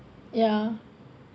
ya